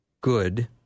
good